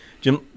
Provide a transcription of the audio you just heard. Jim